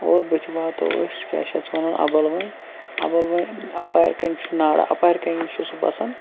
اور بٕتھِ واتو أسۍ کیاہ چھِ یتھ ونان اَبَلون اَبَلوَنہ اَپارٕ کنہ چھُ نالہٕ اَپارٕ کنے چھُ سُہ بَسان